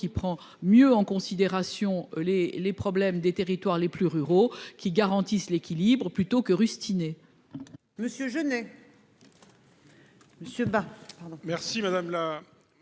qui prend mieux en considération les les problèmes des territoires les plus ruraux qui garantissent l'équilibre plutôt que rustines